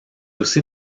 aussi